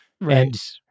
Right